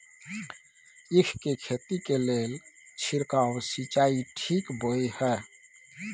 ईख के खेती के लेल छिरकाव सिंचाई ठीक बोय ह?